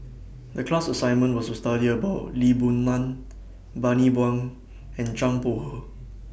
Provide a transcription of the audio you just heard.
The class assignment was to study about Lee Boon Ngan Bani Buang and Zhang Bohe